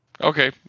Okay